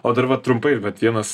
o dar vat trumpai vat vienas